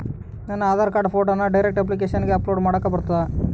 ನನ್ನ ಆಧಾರ್ ಕಾರ್ಡ್ ಫೋಟೋನ ಡೈರೆಕ್ಟ್ ಅಪ್ಲಿಕೇಶನಗ ಅಪ್ಲೋಡ್ ಮಾಡಾಕ ಬರುತ್ತಾ?